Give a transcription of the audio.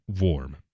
warm